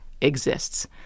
exists